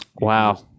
wow